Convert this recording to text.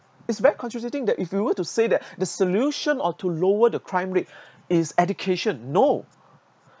it's very contracting that if you were to say that the solution or to lower the crime rate is education no